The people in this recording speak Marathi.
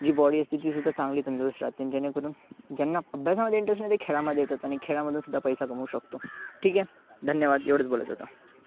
जी बॉडी असते ती सुद्धा चांगली तंदुरुस्त राहते आणि जेणेकरून ज्यांना अभ्यासामध्ये इंटरेस्ट नाही ते खेळामध्ये येतात आणि खेळामध्ये सुद्धा पैसा कमवू शकतो ठीक आहे धन्यवाद एवढंच बोलायचं होतं